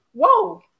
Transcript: Whoa